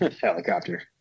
helicopter